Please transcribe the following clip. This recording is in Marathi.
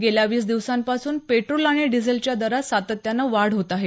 गेल्या वीस दिवसांपासून पेट्रोल आणि डिझेलच्या दरात सातत्यानं वाढ होत आहे